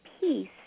peace